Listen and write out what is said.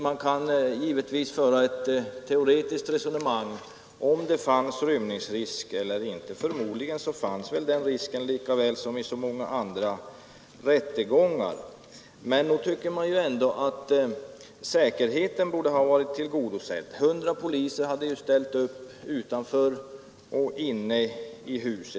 Man kan givetvis föra ett teoretiskt resonemang om huruvida det fanns rymningsrisk eller inte. Förmodligen fanns den risken där lika väl som i så många andra rättegångar, men nog borde väl säkerheten ha varit tillgodosedd. 100 poliser hade ställt upp sig utanför och inne i huset.